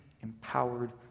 empowered